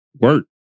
work